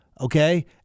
Okay